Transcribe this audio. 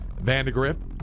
Vandegrift